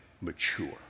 mature